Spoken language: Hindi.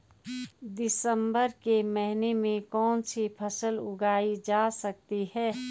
दिसम्बर के महीने में कौन सी फसल उगाई जा सकती है?